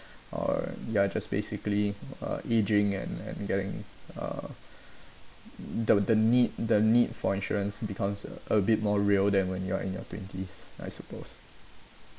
or ya just basically uh ageing and and getting uh the the need the need for insurance becomes a a bit more real than when you are in your twenties I suppose